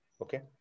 Okay